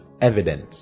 evidence